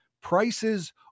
prices